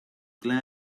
glad